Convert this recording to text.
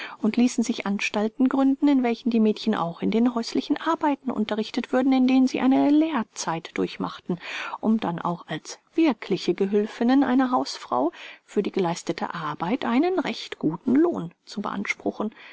und ließen sich anstalten gründen in welchen die mädchen auch in den häuslichen arbeiten unterrichtet würden in denen sie eine lehrzeit durchmachten um dann auch als wirkliche gehülfinnen einer hausfrau für die geleistete arbeit einen recht guten lohn zu beanspruchen